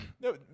no